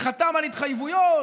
וחתם על התחייבויות